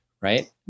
right